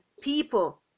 people